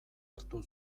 hartu